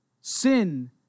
Sin